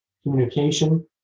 Communication